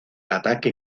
ataque